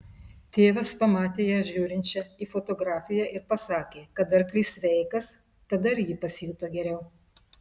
tėvas pamatė ją žiūrinčią į fotografiją ir pasakė kad arklys sveikas tada ir ji pasijuto geriau